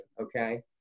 Okay